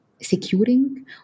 securing